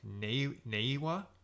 Neiwa